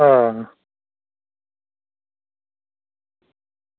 आं